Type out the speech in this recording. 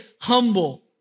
humble